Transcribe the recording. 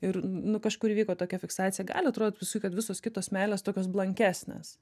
ir nu kažkur įvyko tokia fiksacija gali atrodyt paskui kad visos kitos meilės tokios blankesnės